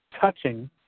touching